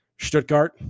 Stuttgart